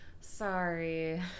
Sorry